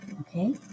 Okay